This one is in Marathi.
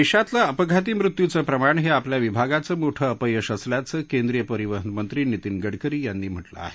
देशातलं अपघाती मृत्यूचं प्रमाण हे आपल्या विभागाचं मोठं अपयश असल्याचं केंद्रीय परिवहन मंत्री नीतीन गडकरी यांनी म्हटलं आहे